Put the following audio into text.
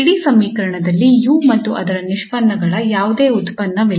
ಇಡೀ ಸಮೀಕರಣದಲ್ಲಿ 𝑢 ಮತ್ತು ಅದರ ನಿಷ್ಪನ್ನಗಳ ಯಾವುದೇ ಉತ್ಪನ್ನವಿಲ್ಲ